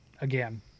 again